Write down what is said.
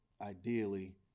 ideally